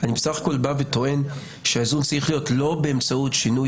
אני בסך הכול בא וטוען שהאיזון צריך להיות לא באמצעות שינוי